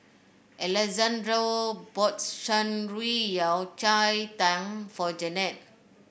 Alexandro bought Shan Rui Yao Cai Tang for Janette